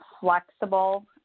flexible